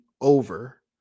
over